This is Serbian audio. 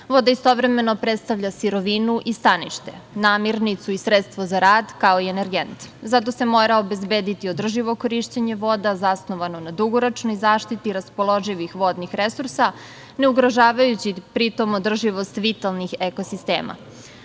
Voda istovremeno predstavlja sirovinu i stanište, namirnicu i sredstvo za rad, kao i energent. Zato se mora obezbediti održivo korišćenje voda, zasnovano na dugoročnoj zaštiti raspoloživih vodnih resursa, ne ugrožavajući pritom održivost vitalnih ekosistema. Vodno